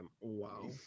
Wow